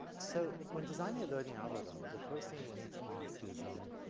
so when designing a learning algorithm the first thing we need to ask is, um,